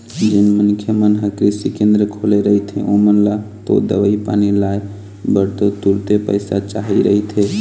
जेन मनखे मन ह कृषि केंद्र खोले रहिथे ओमन ल तो दवई पानी लाय बर तो तुरते पइसा चाही रहिथे